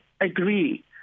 Agree